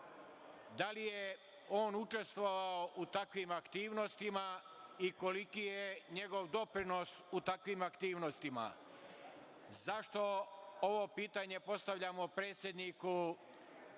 Da li je on učestvovao u takvim aktivnostima i koliki je njegov doprinos u takvim aktivnostima? Zašto ovo pitanje postavljamo predsedniku